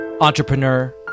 entrepreneur